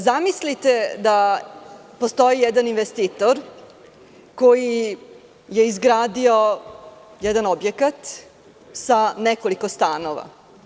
Zamislite da postoji jedan investitor koji je izgradio jedan objekat sa nekoliko stanova.